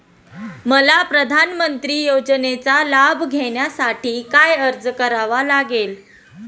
मला प्रधानमंत्री योजनेचा लाभ घेण्यासाठी काय अर्ज करावा लागेल?